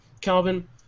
Calvin